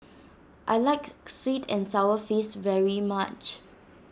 I like Sweet and Sour Fish very much